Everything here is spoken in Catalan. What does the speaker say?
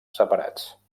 separats